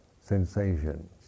sensations